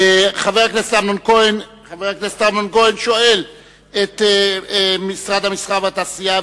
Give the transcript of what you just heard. חבר הכנסת אמנון כהן שואל את משרד התעשייה,